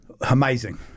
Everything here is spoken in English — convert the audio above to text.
Amazing